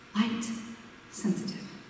Light-sensitive